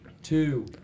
Two